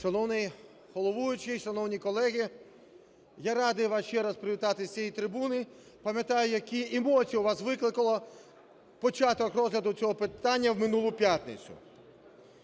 Шановний головуючий! Шановні колеги! Я радий вас ще раз привітати з цієї трибуни. Пам'ятаю, які емоцій у вас викликав початок розгляду цього питання в минуло п'ятницю.